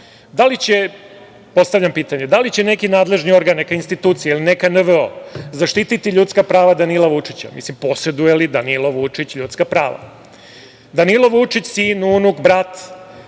Đilasa. Postavljam pitanje - da li će neki nadležni organ, neka institucija ili neka NVO zaštititi ljudska prava Danila Vučića? Poseduje li Danilo Vučić ljudska prava? Danilo Vučić, sin, unuk, brat,